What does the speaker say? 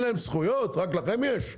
אין להם זכויות רק לכם יש?